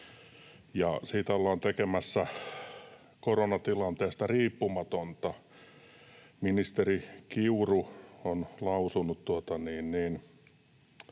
siitä ollaan tekemässä koronatilanteesta riippumatonta. Ministeri Kiuru on lausunut